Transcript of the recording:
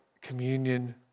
communion